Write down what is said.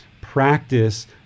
practice